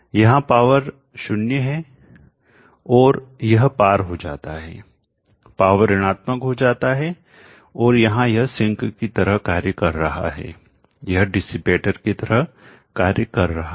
यहाँ पावर 0 है और यह पार हो जाता है पावर ऋणात्मक हो जाता है और यहाँ यह सिंक की तरह कार्य कर रहा है यह डिसिपेटर की तरह कार्य कर रहा है